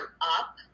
up